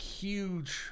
Huge